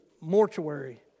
mortuary